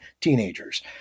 teenagers